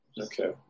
Okay